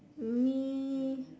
me